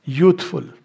youthful।